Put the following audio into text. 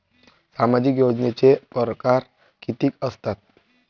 सामाजिक योजनेचे परकार कितीक असतात?